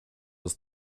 was